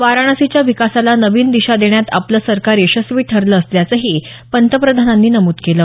वाराणसीच्या विकासाला नवीन दिशा देण्यात आपलं सरकार यशस्वी ठरलं असल्याचंही पंतप्रधानांनी नमूद केलं